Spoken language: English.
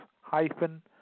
hyphen